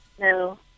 No